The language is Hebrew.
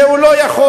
שהוא לא יכול.